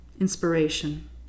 inspiration